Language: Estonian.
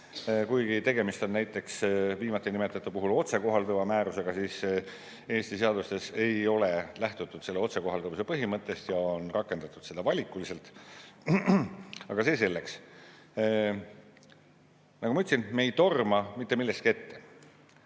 Kuigi tegemist on näiteks viimati nimetatu puhul otsekohalduva määrusega, ei ole Eesti seadustes lähtutud selle otsekohalduvuse põhimõttest ja on rakendatud seda valikuliselt. Aga see selleks. Nagu ma ütlesin, me ei torma mitte millestki ette.